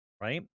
right